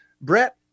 Brett